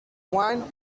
wine